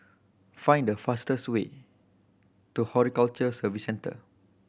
find the fastest way to Horticulture Services Centre